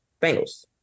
Bengals